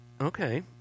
Okay